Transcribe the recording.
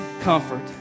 comfort